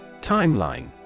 Timeline